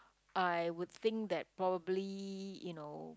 I would think that probably you know